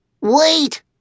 Wait